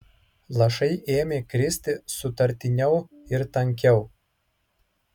lašai ėmė kristi sutartiniau ir tankiau